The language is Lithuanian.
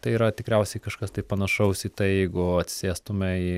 tai yra tikriausiai kažkas panašaus į tai jeigu atsisėstume į